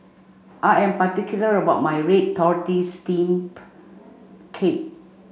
I am particular about my red tortoise steam cake